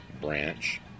Branch